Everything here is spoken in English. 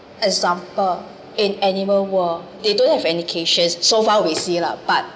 examples in animal were they don't have education so far we see la but